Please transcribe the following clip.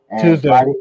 Tuesday